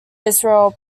israel